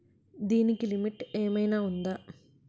దీనికి లిమిట్ ఆమైనా ఉందా?